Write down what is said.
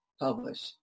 publish